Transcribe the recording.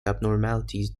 abnormalities